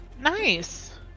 Nice